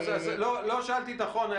אז לא שאלתי נכון.